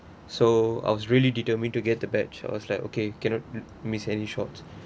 so I was really determined to get the batch I was like okay cannot miss any shots